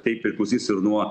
tai priklausys ir nuo